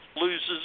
loses